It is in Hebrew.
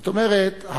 זאת אומרת,